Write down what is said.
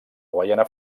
guaiana